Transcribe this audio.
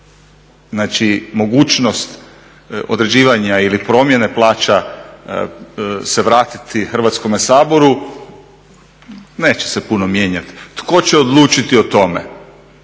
znači mogućnost određivanja ili promjene plaća se vratiti Hrvatskome saboru, neće se puno mijenjati. Tko će odlučiti o tome?